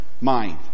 mind